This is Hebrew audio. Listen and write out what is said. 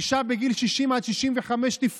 אישה בגיל 60 עד 65 תפרוש,